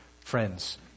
Friends